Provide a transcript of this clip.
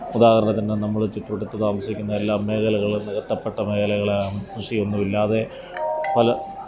ഉദാഹരണത്തിന് നമ്മൾ ചുറ്റുവട്ടത്ത് താമസിക്കുന്ന എല്ലാ മേഖലകളും നികത്തപ്പെട്ട മേഖലകൾ കൃഷിയൊന്നും ഇല്ലാതെ പല